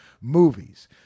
movies